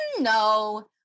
No